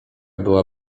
była